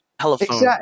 telephone